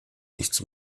nichts